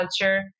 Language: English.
culture